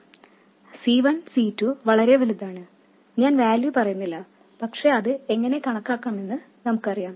C 1 C 2 വളരെ വലുതാണ് ഞാൻ വാല്യൂ പറയുന്നില്ല പക്ഷേ അത് എങ്ങനെ കണക്കാക്കാമെന്ന് നമുക്കറിയാം